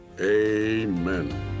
amen